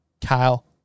Kyle